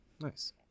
Nice